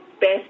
Best